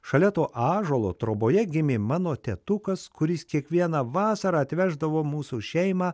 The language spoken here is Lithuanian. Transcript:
šalia to ąžuolo troboje gimė mano tėtukas kuris kiekvieną vasarą atveždavo mūsų šeimą